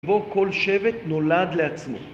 ובו כל שבט נולד לעצמו